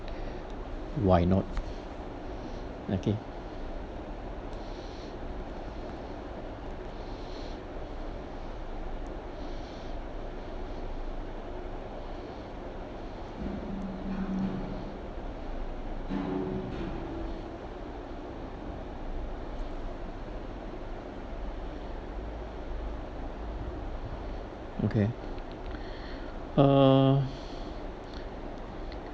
why not okay okay uh